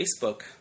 Facebook